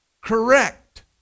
correct